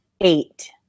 Eight